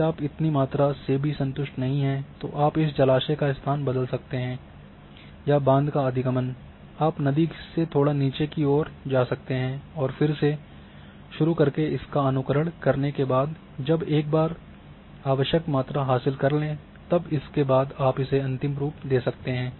यदि आप इतनी मात्रा से भी संतुष्ट नहीं हैं तो आप इस जलाशय का स्थान बदल भी सकते हैं या बांध का अधिगमन आप नदी से थोड़ा नीचे की ओर जा सकते हैं और फिर से शुरू करके इसका अनुकरण करने के बाद जब एक बार आवश्यक मात्रा हासिल कर लें तब इसके बाद आप इसे अंतिम रूप दे सकते हैं